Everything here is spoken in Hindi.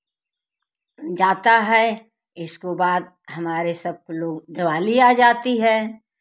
जाता है इसके बाद हमारे सब लोग दिवाली आ जाती है